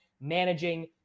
managing